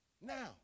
Now